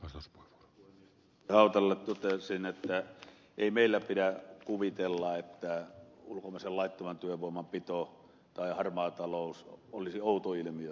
hautalalle toteaisin että ei meillä pidä kuvitella että ulkomaisen laittoman työvoiman pito tai harmaa talous olisi outo ilmiö